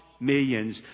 Millions